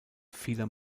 vieler